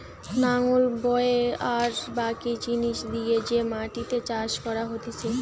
লাঙল বয়ে আর বাকি জিনিস দিয়ে যে মাটিতে চাষ করা হতিছে